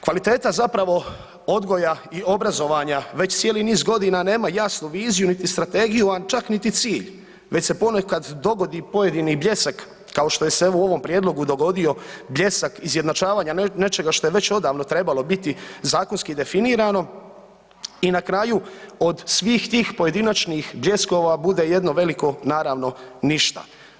Kvaliteta zapravo odgoja i obrazovanja već cijeli niz godina nema jasnu viziju niti strategiju, a čak niti cilj već se ponekad dogodi pojedini bljesak, kao što je se evo u ovom prijedlogu dogodio, bljesak izjednačavanja nečega što je već odavno trebalo biti zakonski definirano i na kraju, od svih tih pojedinačnih bljeskova bude jedno veliko naravno, ništa.